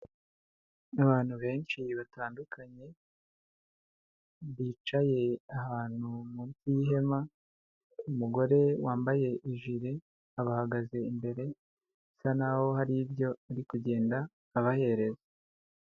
Abantu benshi batandukanye bicaye ahantu munsi y'ihema, umugore wambaye ijire abagaze imbere asa naho hari ibyo ari kugenda abahereza.